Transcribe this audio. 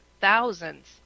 thousands